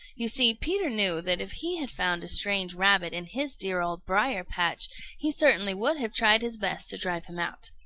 you see peter knew that if he had found a strange rabbit in his dear old briar-patch he certainly would have tried his best to drive him out,